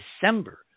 December